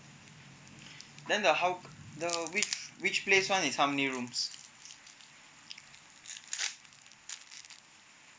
then the how the which which place one is how many rooms